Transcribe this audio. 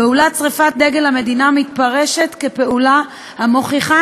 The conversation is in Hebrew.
פעולת שרפת דגל המדינה מתפרשת כפעולה המוכיחה